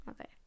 Okay